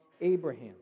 Abraham